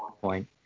point